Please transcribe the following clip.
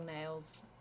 nails